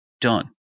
done